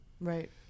right